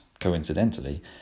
coincidentally